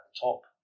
top